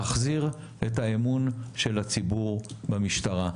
להחזיר את האמון של הציבור במשטרה.